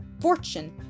Fortune